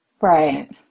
Right